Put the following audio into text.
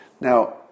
Now